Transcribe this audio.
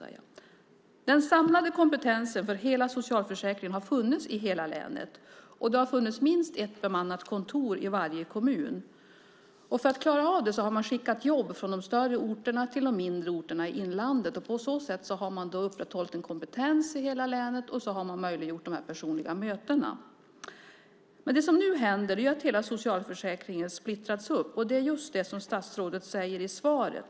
Den samlade kompetensen för hela socialförsäkringen har funnits i hela länet, och det har funnits minst ett bemannat kontor i varje kommun. För att klara av detta har man skickat jobb från de större orterna till de mindre orterna i inlandet. På så sätt har man upprätthållit en kompetens i hela länet, och så har man möjliggjort de här personliga mötena. Men det som nu händer är att hela socialförsäkringen splittras. Det är just det som statsrådet säger i svaret.